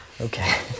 Okay